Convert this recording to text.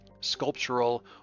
sculptural